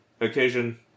occasion